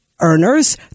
earners